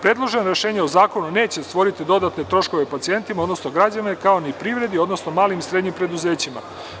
Predložena rešenja o zakonu neće stvoriti dodatne troškove pacijentima odnosno građanima kao ni privredi odnosno malim i srednjim preduzećima.